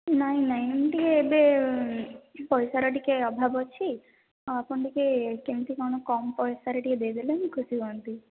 ନାଇଁ ନାଇଁ ଏବେ ଟିକେ ପଇସାର ଅଭାବ ଅଛି ଆପଣ ଟିକେ କେମିତି କ'ଣ କମ ପଇସାରେ ଟିକେ ଦେଇଦେଲେ ଖୁସି ହୁଅନ୍ତି